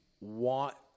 want